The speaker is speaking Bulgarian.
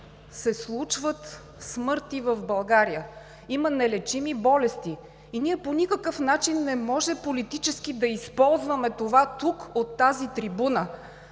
се случват смърти в България, има нелечими болести и ние по никакъв начин не може политически да използваме това тук, от тази трибуна!